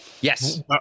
Yes